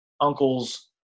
uncle's